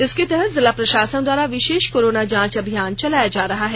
इसके तहत जिला प्रशासन द्वारा विशेष कोरोना जांच अभियान चलाया जा रहा है